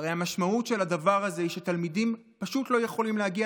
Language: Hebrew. והרי המשמעות של הדבר הזה היא שתלמידים פשוט לא יכולים להגיע